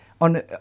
on